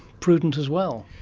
prudent as well.